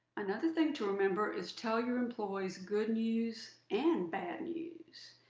another thing to remember is tell your employees good news and bad news.